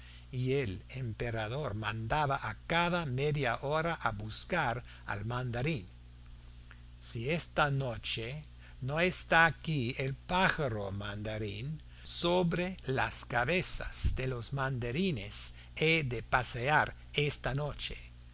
y el emperador mandaba a cada media hora a buscar al mandarín si esta noche no está aquí el pájaro mandarín sobre las cabezas de los mandarines he de pasear esta noche